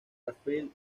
raphael